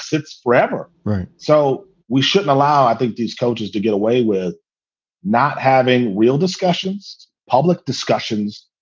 it's forever. right. so we shouldn't allow, i think, these coaches to get away with not having real discussions, public discussions,